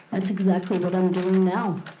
that's exactly what i'm doing now.